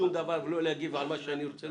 לא להגיב על שום דבר,